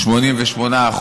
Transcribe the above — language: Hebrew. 88%,